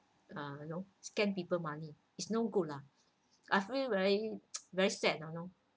uh you know scam people money is no good lah I've feel very very sad you know